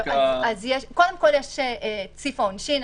קודם כול יש את סעיף העונשין,